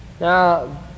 now